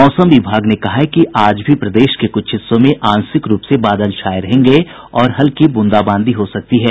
मौसम विभाग ने कहा है कि आज भी प्रदेश के कुछ हिस्सों में आंशिक रूप से बादल छाये रहेंगे और हल्की ब्रंदाबांदी हो सकती है